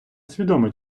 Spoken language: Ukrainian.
свідомо